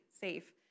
safe